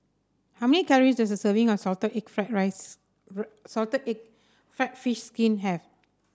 how many calories does a serving of Salted Egg Fried Rice Salted Egg fried fish skin have